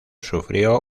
sufrió